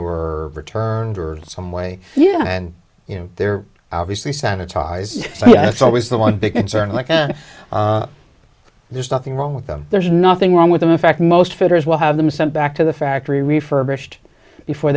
or returned some way yeah and you know they're obviously sanitized so that's always the one big concern like there's nothing wrong with them there's nothing wrong with them in fact most fitters will have them sent back to the factory refurbished before